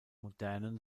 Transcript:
modernen